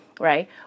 Right